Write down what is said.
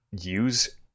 use